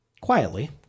quietly